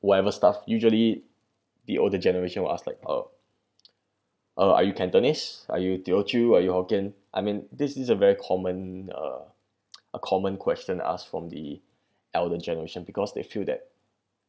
whatever stuff usually the older generation will ask like uh are are you cantonese are you teochew are you hokkien I mean this is a very common uh a common question asked from the elder generation because they feel that